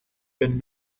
been